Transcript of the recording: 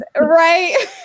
Right